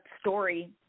Story